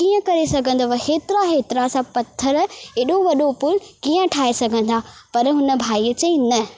कीअं करे सघंदव हेतिरा हेतिरा सा पथर एॾो वॾो पुलु कीअं ठाहे सघंदा पर हुन भाईअ चईं न